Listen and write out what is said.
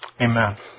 amen